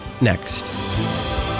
next